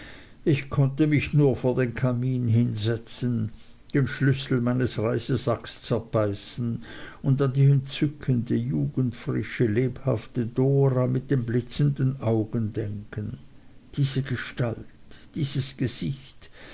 ich konnte mich nur vor den kamin hinsetzen den schlüssel meines reisesacks zerbeißen und an die entzückende jugendfrische lebhafte dora mit den blitzenden augen denken diese gestalt dieses gesicht